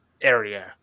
area